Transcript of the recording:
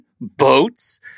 boats